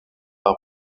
par